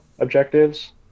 Objectives